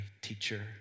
teacher